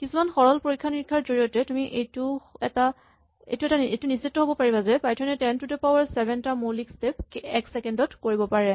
কিছুমান সৰল পৰীক্ষা নিৰীক্ষাৰ জৰিয়তে তুমি এইটো নিশ্চিত হ'ব পাৰিবা যে পাইথনে ten to the power seven টা মৌলিক স্টেপ এক ছেকেণ্ড ত কৰিব পাৰে